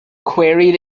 quarried